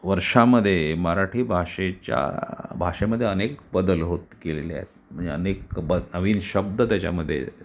वर्षामध्ये मराठी भाषेच्या भाषेमध्ये अनेक बदल होत गेलेले आहेत म्हणजे अनेक ब नवीन शब्द त्याच्यामध्ये